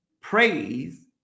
praise